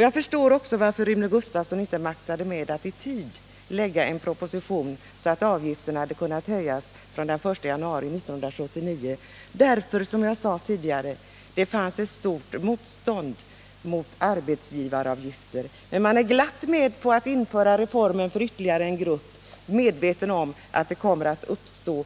Jag förstår också varför Rune Gustavsson inte mäktade att i tid lägga fram en proposition, så att avgiften hade kunnat höjas från den 1 januari 1979. Det fanns nämligen, som jag sade tidigare, ett stort motstånd mot arbetsgivaravgifter. Men man är gärna med om att införa reformen för ytterligare en grupp — medveten om att det kommer att uppstå